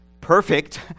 perfect